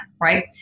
right